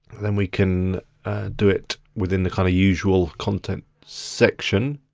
then we can do it within the kind of usual content section.